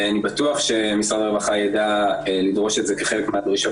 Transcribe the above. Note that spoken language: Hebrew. אני בטוח שמשרד הרווחה יידע לדרוש את זה כחלק מהדרישות